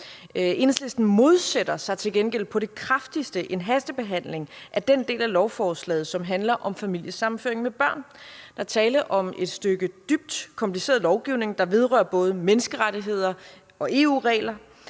Enhedslisten modsætter sig til gengæld på det kraftigste en hastebehandling af den del af lovforslaget, som handler om familiesammenføring med børn. Der er tale om et stykke dybt kompliceret lovgivning, der vedrører både menneskerettigheder og EU-regler.